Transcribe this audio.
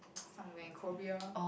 somewhere in Korea